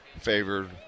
favored